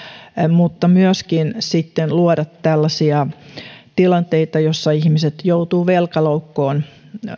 mutta myöskin siten luoda tällaisia tilanteita joissa ihmiset joutuvat velkaloukkuun